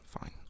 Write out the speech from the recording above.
Fine